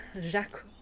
jacques